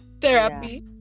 therapy